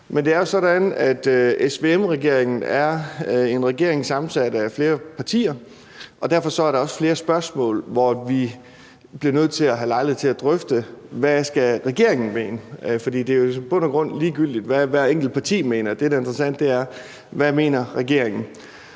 Men det er jo sådan, at SVM-regeringen er en regering sammensat af flere partier, og derfor er der også flere spørgsmål, hvor vi bliver nødt til at have lejlighed til at drøfte, hvad regeringen skal mene. For det er jo i bund og grund ligegyldigt, hvad hvert enkelt parti mener – det, der er interessant, er, hvad regeringen